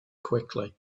quickly